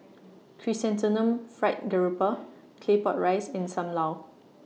Chrysanthemum Fried Garoupa Claypot Rice and SAM Lau